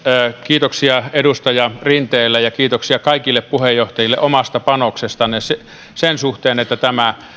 kiitoksia edustaja rinteelle ja kiitoksia kaikille puheenjohtajille omasta panoksestanne sen suhteen että tämä